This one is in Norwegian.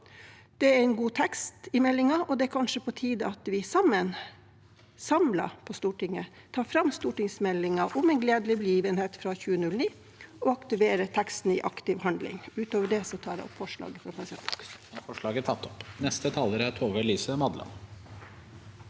Det er en god tekst i meldingen, og det er kanskje på tide at vi sammen, samlet på Stortinget, tar fram stortingsmeldingen En gledelig begivenhet fra 2009 og aktiverer teksten i aktiv handling. Utover det tar jeg opp forslag nr. 2 som Pasientfokus har fremmet sammen